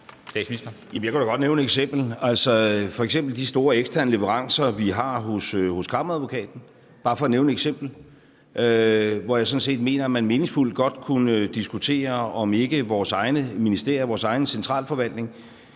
jeg kan da godt nævne et eksempel. Der er f.eks. de store eksterne leverancer, som vi får fra Kammeradvokaten. Det er bare for at nævne et eksempel. Her mener jeg sådan set godt at man meningsfuldt kunne diskutere, om ikke vores egne ministerier, vores egen centralforvaltning,